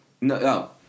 No